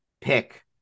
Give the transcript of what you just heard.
pick